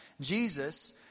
Jesus